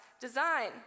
design